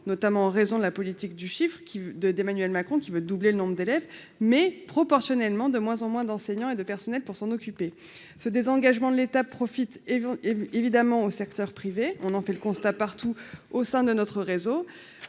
notamment en raison de la politique du chiffre d'Emmanuel Macron, qui veut doubler le nombre de ces derniers, mais, proportionnellement, avec de moins en moins d'enseignants et de personnels pour s'en occuper. Ce désengagement de l'État profite évidemment au secteur privé, on en fait le constat partout au sein de notre réseau.